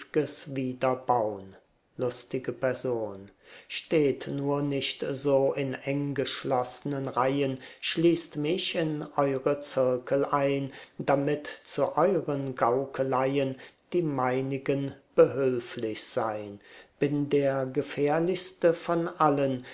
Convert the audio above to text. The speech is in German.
wiederbaun lustige person steht nur nicht in so eng geschloßnen reihen schließt mich in eure zirkel ein damit zu euren gaukeleien die meinigen behilflich sei'n bin der gefährlichste von allen